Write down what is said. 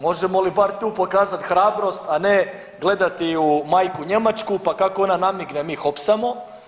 Možemo li bar tu pokazat hrabrost, a ne gledati u majku Njemačku pa kako ona namigne mi hopsamo.